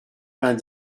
vingt